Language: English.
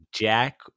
jack